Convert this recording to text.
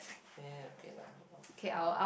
eh okay lah never mind